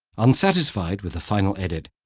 unsatisfied with the final edit,